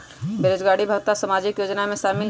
बेरोजगारी भत्ता सामाजिक योजना में शामिल ह ई?